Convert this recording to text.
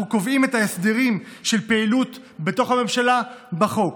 אנחנו קובעים את ההסדרים של פעילות בתוך הממשלה בחוק.